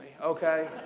okay